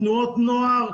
תנועות נוער,